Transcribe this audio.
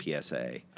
PSA